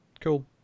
cool